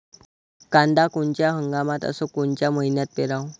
कांद्या कोनच्या हंगामात अस कोनच्या मईन्यात पेरावं?